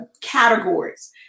categories